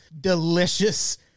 delicious